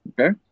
Okay